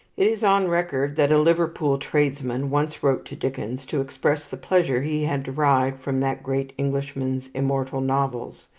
it is on record that a liverpool tradesman once wrote to dickens, to express the pleasure he had derived from that great englishman's immortal novels,